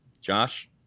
Josh